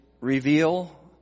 reveal